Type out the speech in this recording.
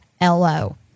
LO